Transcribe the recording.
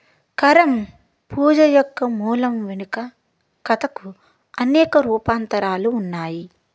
కరం పూజ యొక్క మూలం వెనుక కథకు అనేక రూపాంతరాలు ఉన్నాయి